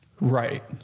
Right